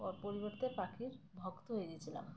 পরিবর্তে পাখির ভক্ত হয়ে গিয়েছিলাম